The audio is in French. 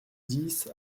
dix